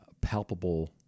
palpable